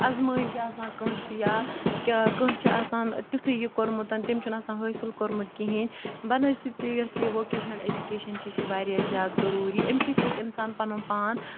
آزمٲیِش آسان کٲنٛسہِ یا کہِ کٲنٛسہِ چھِ آسان تیُتھُے یہِ کوٚرمُت تٔمۍ چھُنہٕ آسان حٲصِل کوٚرمُت کِہیٖنۍ بَنسطِبتہِ یۄس یہِ ووکیشنَل ایجوکیشَن چھِ یہِ چھِ واریاہ زیادٕ ضٔروٗری اَمہِ سۭتۍ ہیٚکہِ اِنسان پَنُن پان